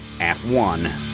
F1